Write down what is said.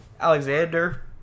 Alexander